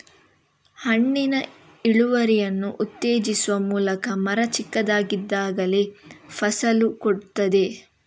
ಹಣ್ಣಿನ ಇಳುವರಿಯನ್ನು ಉತ್ತೇಜಿಸುವ ಮೂಲಕ ಮರ ಚಿಕ್ಕದಾಗಿದ್ದಾಗಲೇ ಫಸಲು ಕೊಡ್ತದೆ